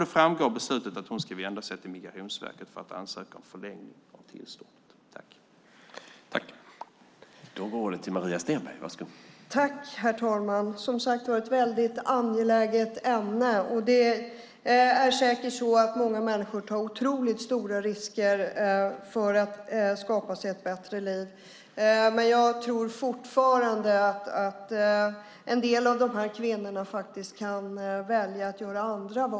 Då framgår av beslutet att hon ska vända sig till Migrationsverket för att ansöka om förlängning av tillståndet.